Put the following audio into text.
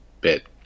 bit